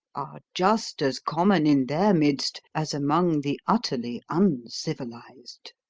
are just as common in their midst as among the utterly uncivilised.